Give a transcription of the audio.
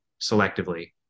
selectively